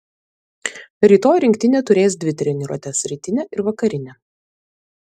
rytoj rinktinė turės dvi treniruotes rytinę ir vakarinę